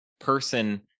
person